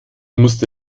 musste